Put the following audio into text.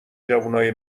جوونای